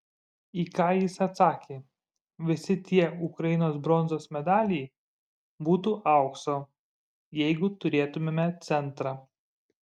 į ką jis atsakė visi tie ukrainos bronzos medaliai būtų aukso jeigu turėtumėme centrą